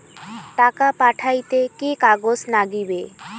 টাকা পাঠাইতে কি কাগজ নাগীবে?